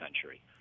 century